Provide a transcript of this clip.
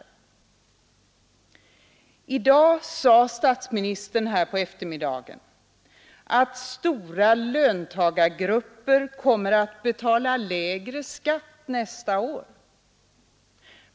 På eftermiddagen i dag sade statsministern här att stora löntagargrupper kommer att betala lägre skatt nästa år.